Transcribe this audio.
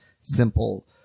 simple